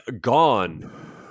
Gone